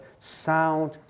sound